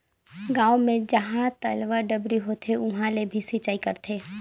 गांव मे जहां तलवा, डबरी होथे उहां ले भी सिचई करथे